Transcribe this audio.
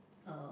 uh